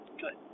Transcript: good